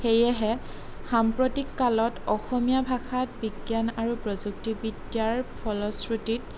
সেয়েহে সাম্প্ৰতিক কালত অসমীয়া ভাষাত বিজ্ঞান আৰু প্ৰযুক্তিবিদ্যাৰ ফলশ্ৰুতিত